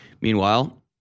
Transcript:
Meanwhile